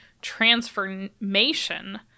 transformation